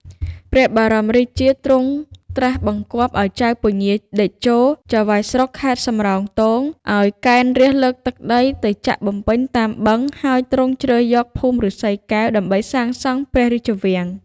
ព្រះបរមរាជា ទ្រង់ត្រាស់បង្គាប់ ឱ្យចៅពញាតេជោ ចៅហ្វាយស្រុកខេត្តសំរោងទង ឱ្យកេណ្ឌរាស្ត្រលើកដី ទៅចាក់បំពេញតាមបឹង ហើយទ្រង់ជ្រើសយកភូមិឬស្សីកែវ ដើម្បីសាងសង់ព្រះរាជវាំង ។